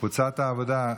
קבוצת סיעת העבודה,